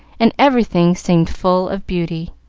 and everything seemed full of beauty.